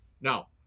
Now